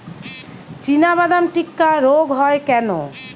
চিনাবাদাম টিক্কা রোগ হয় কেন?